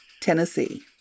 Tennessee